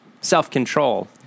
self-control